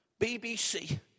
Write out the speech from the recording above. BBC